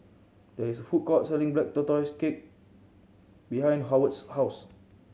there is a food court selling Black Tortoise Cake behind Howard's house